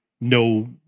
no